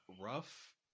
rough